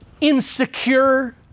insecure